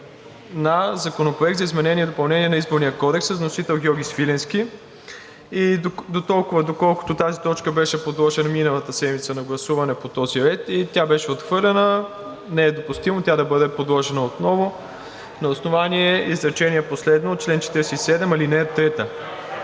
на Законопроекта за изменение и допълнение на Изборния кодекс, с вносител Георги Свиленски. Доколкото тази точка беше подложена миналата седмица на гласуване по този ред и тя беше отхвърлена, не е допустимо да бъде подложена отново на основание изречение последно от чл. 47, ал. 3.